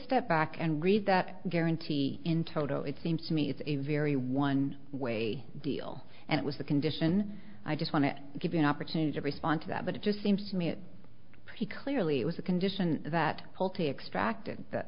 step back and read that guarantee in toto it seems to me it's a very one way deal and with the condition i just want to give you an opportunity to respond to that but it just seems to me it pretty clearly was a condition that hole to extract